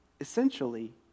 essentially